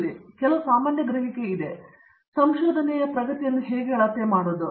ಆದ್ದರಿಂದ ಕೆಲವು ಸಾಮಾನ್ಯ ಗ್ರಹಿಕೆಗಳು ಇವೆ ಸಂಶೋಧನೆಗಾಗಿ ಪ್ರಗತಿಯನ್ನು ಅಳತೆ ಮಾಡಬೇಕೆಂದು ನಿಮಗೆ ತಿಳಿದಿರುವುದು ಹೇಗೆ